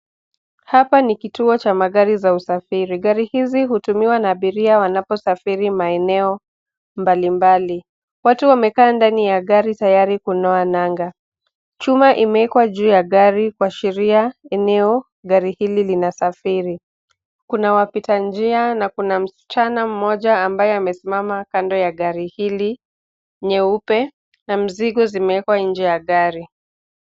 Hapa ni kituo cha magari ya usafiri, gari hizi hutumiwa na abiria wanaposafiri maeneo mbalimbali, watu wamekaa ndani ya gari tayari kunoa nanga. Chuma imeekwa juu ya gari kuashiria eneo gari hili linasafiri, kuna wapita njia na msichana mmoja ambaye amesimama kando ya gari hili nyeupe na mzigo zimeekwa nje ya gari.